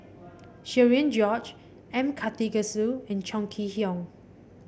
Cherian George M Karthigesu and Chong Kee Hiong